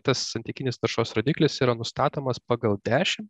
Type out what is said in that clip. tas santykinis taršos rodiklis yra nustatomas pagal dešim